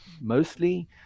mostly